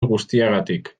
guztiagatik